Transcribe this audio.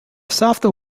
softer